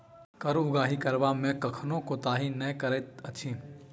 कर उगाही करबा मे कखनो कोताही नै करैत अछि